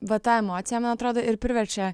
va ta emocija man atrodo ir priverčia